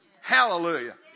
Hallelujah